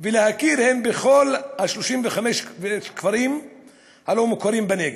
ולהכיר בכל 35 הכפרים הלא-מוכרים בנגב,